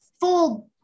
full